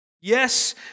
Yes